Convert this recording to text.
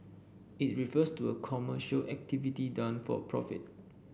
it refers to a commercial activity done for profit